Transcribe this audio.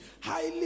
Highly